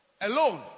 Alone